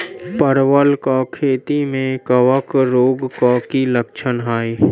परवल केँ खेती मे कवक रोग केँ की लक्षण हाय?